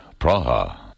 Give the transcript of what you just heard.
Praha